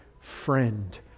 friend